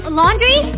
laundry